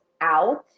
out